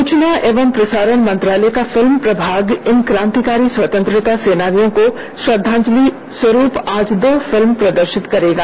सूचना एवं प्रसारण मंत्रालय का फिल्म प्रभाग इन क्रांतिकारी स्वतंत्रता सेनानियों को श्रद्धांजलि स्वरूप आज दो फिल्म प्रदर्शित करेगा